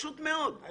אני